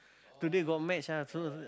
today got match ah so